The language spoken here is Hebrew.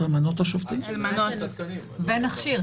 עד שנאייש את התקנים, אדוני השר.